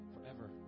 forever